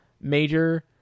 Major